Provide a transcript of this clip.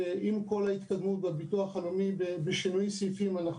ועם כל ההתקדמות בביטוח לאומי בשינוי סעיפים אנחנו